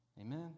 amen